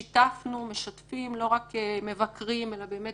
שיתפנו, משתפים, לא רק מבקרים אלא באמת